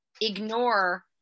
ignore